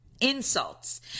Insults